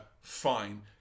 Fine